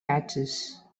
patches